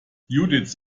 judiths